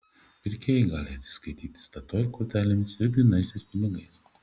pirkėjai gali atsiskaityti statoil kortelėmis ir grynaisiais pinigais